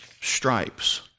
stripes